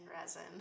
resin